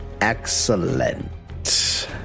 Excellent